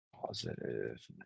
Positive